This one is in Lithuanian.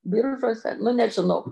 biržuose nu nežinau